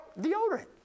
deodorant